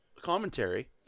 commentary